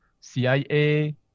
CIA